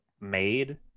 Made